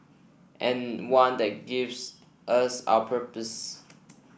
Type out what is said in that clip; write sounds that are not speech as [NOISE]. and one that gives us our purpose [NOISE]